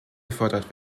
gefördert